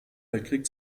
weltkrieg